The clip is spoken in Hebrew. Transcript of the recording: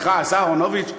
השר אהרונוביץ,